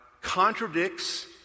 contradicts